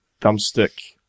thumbstick